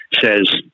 says